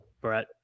Brett